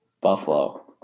Buffalo